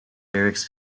lyrics